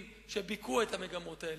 זה נכון.